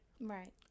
right